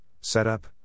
setup